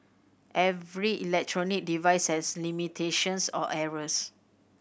every electronic device has limitations or errors